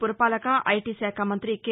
పురపాలక ఐటీ శాఖ మంతి కె